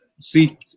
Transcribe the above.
see